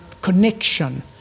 connection